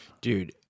Dude